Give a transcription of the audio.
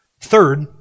Third